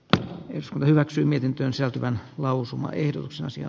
tänä kesänä hyväksyi mietintönsä tämän lausumaehdotuksensia